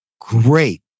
great